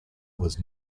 was